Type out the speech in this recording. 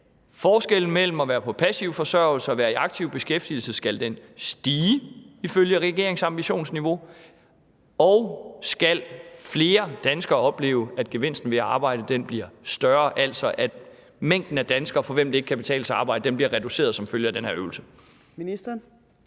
forskellen mellem at være på passiv forsørgelse og være i aktiv beskæftigelse stige ifølge regeringens ambitionsniveau, og skal flere danskere opleve, at gevinsten ved at arbejde bliver større, altså at mængden af danskere, for hvem det ikke kan betale